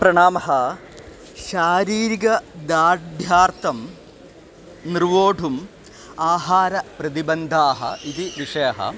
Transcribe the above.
प्रणामः शारीरिकदार्ढ्यार्थं निर्वोढुम् आहारप्रतिबन्धाः इति विषयः